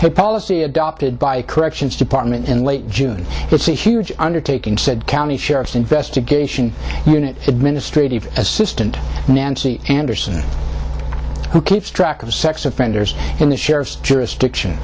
the policy adopted by corrections department in late june it's a huge undertaking said county sheriff's investigation unit administrative assistant nancy anderson who keeps track of sex offenders in the sheriff's jurisdiction